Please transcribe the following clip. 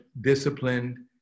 disciplined